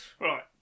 right